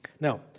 Now